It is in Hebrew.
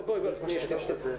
צריך מישהו שנמצא בחינוך המיוחד.